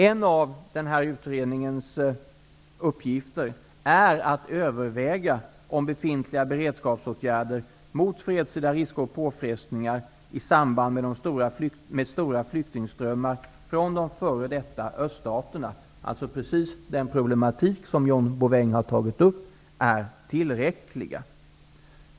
En av utredningens uppgifter är att överväga om befintliga beredskapsåtgärder mot fredstida risker och påfrestningar i samband med stora flyktingströmmar från de f.d. öststaterna -- precis den problematik John Bouvin har tagit upp -- är tillräckliga.